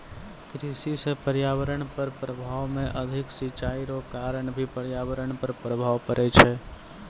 कृषि से पर्यावरण पर प्रभाव मे अधिक सिचाई रो कारण भी पर्यावरण पर प्रभाव पड़ै छै